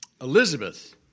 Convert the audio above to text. Elizabeth